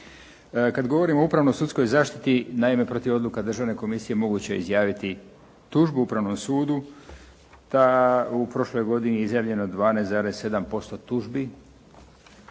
Kada govorimo o upravno sudskoj zaštititi, naime protiv odluka Državne komisije moguće je izjaviti tužbu Upravnom sudu, pa je u prošloj godini izjavljeno 12,7% tužbi.